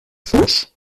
face